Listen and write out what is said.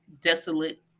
desolate